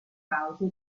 cause